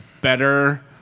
better